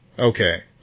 Okay